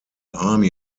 army